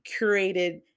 curated